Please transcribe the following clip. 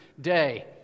day